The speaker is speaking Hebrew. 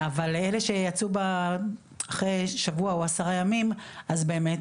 אבל אלה שיצאו אחרי שבוע או עשרה ימים אז באמת